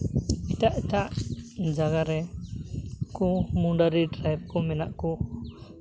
ᱮᱴᱟᱜ ᱮᱴᱟᱜ ᱡᱟᱭᱜᱟ ᱨᱮᱠᱚ ᱢᱩᱰᱟᱹᱨᱤ ᱴᱨᱮᱠ ᱠᱚ ᱢᱮᱱᱟᱜ ᱠᱚ